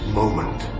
moment